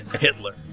Hitler